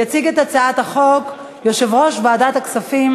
יציג את הצעת החוק יושב-ראש ועדת הכספים